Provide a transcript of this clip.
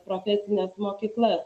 profesines mokyklas